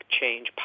change